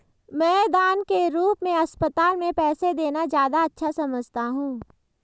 मैं दान के रूप में अस्पताल में पैसे देना ज्यादा अच्छा समझता हूँ